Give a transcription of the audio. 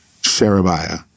Sherebiah